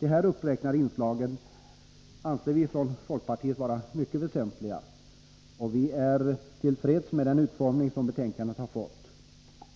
De här uppräknade inslagen anser vi från folkpartiet vara mycket väsentliga, och vi är till freds med den utformning som betänkandet har fått.